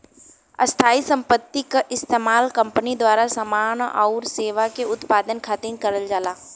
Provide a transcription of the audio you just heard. स्थायी संपत्ति क इस्तेमाल कंपनी द्वारा समान आउर सेवा के उत्पादन खातिर करल जाला